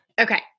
Okay